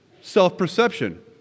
self-perception